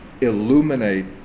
illuminate